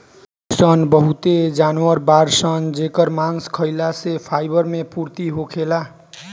अइसन बहुते जानवर बाड़सन जेकर मांस खाइला से फाइबर मे पूर्ति होखेला